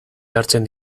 jartzen